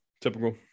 typical